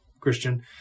Christian